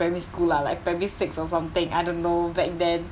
primary school lah like primary six or something I don't know back then